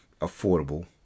affordable